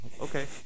okay